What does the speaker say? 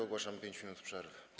Ogłaszam 5 minut przerwy.